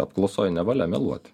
apklausoj nevalia meluoti